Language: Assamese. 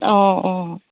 অঁ অঁ